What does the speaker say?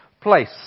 place